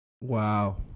Wow